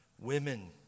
Women